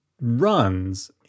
runs